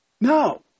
No